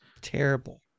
Terrible